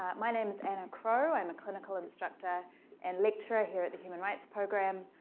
um my name is anna crowe. i'm a clinical instructor and lecturer here at the human rights program.